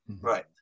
Right